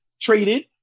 traded